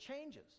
changes